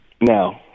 No